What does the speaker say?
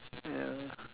ya